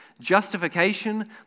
justification